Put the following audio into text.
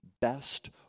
best